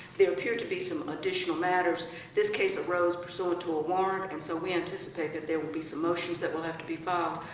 there appear to be some additional matters this case arose pursuant to a warrant, and so we anticipate that there will be some motions that will have to be filed,